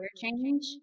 change